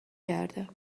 کرده